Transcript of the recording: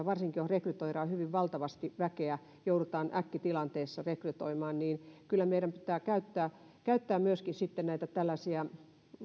varsinkin jos rekrytoidaan hyvin valtavasti väkeä tai joudutaan äkkitilanteessa rekrytoimaan kyllä meidän pitää käyttää käyttää myöskin sitten näitä tällaisia koulutusjaksoja näitä